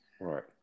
right